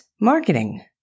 Marketing